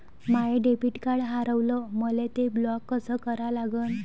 माय debit card हारवलं, मले ते ब्लॉक कस करा लागन?